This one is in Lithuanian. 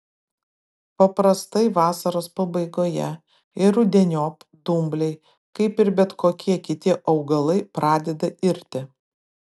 paprastai vasaros pabaigoje ir rudeniop dumbliai kaip ir bet kokie kiti augalai pradeda irti